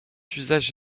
usage